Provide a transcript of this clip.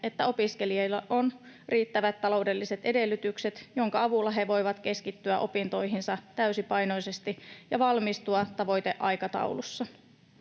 että opiskelijoilla on riittävät taloudelliset edellytykset, minkä avulla he voivat keskittyä opintoihinsa täysipainoisesti ja valmistua tavoiteaikataulussa.